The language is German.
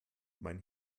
mein